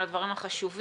על הדברים החשובים.